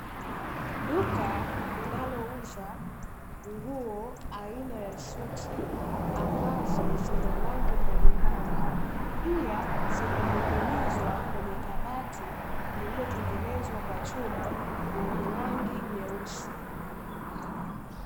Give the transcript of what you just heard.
Duka linalouza nguo aina ya suti ambazo zina rangi mbalimbali, pia zimening'inizwa kwenye kabati lililotengenezwa kwa chuma; lenye rangi nyeusi.